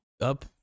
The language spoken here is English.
up